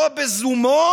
לא בזומו